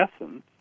essence